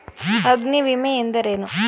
ಅಗ್ನಿವಿಮೆ ಎಂದರೇನು?